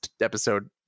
episode